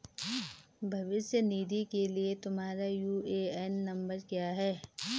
भविष्य निधि के लिए तुम्हारा यू.ए.एन नंबर क्या है?